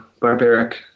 barbaric